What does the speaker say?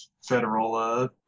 federal